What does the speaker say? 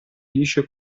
lisce